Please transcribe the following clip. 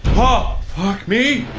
ah fuck me!